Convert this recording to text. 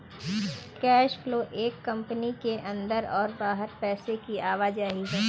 cash flow एक company के अंदर और बाहर पैसे की आवाजाही है